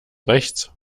rechts